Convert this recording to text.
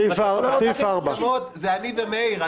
ועדת ההסכמות זה אני ומאיר,